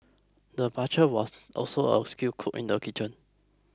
the butcher was also a skilled cook in the kitchen